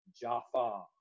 jaffa